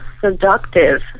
seductive